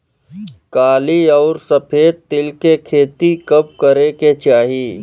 काली अउर सफेद तिल के खेती कब करे के चाही?